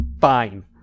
fine